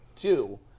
two